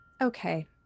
Okay